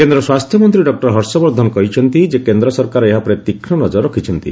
କେନ୍ଦ୍ର ସ୍ୱାସ୍ଥ୍ୟମନ୍ତ୍ରୀ ଡକ୍କର ହର୍ଷବର୍ଦ୍ଧନ କହିଛନ୍ତି ଯେ କେନ୍ଦ୍ର ସରକାର ଏହା ଉପରେ ତୀକ୍ଷ୍ଣ ନଜର ରଖିଛନ୍ତି